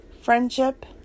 Friendship